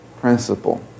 principle